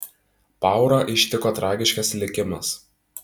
paurą ištiko tragiškas likimas